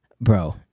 bro